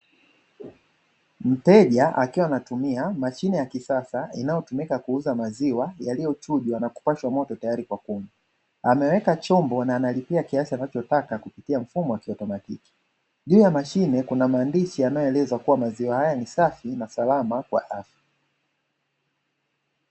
Mteja akiwa anatumia mashine ya kisasa inayotumika kuuza maziwa yaliyo chujwa na kupashwa moto tayari kwa kunywa, ameweka chombo na analipia kiasi anachotaka kupitia mfumo wa kiautomatiki. Juu ya mashine kuna maandishi yanayoeleza kuwa maziwa hayo ni safi na salama kwa afya.